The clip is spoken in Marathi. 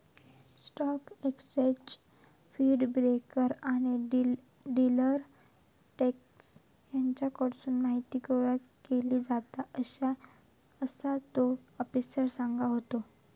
स्टॉक एक्सचेंज फीड, ब्रोकर आणि डिलर डेस्क हेच्याकडसून माहीती गोळा केली जाता, असा तो आफिसर सांगत होतो